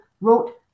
wrote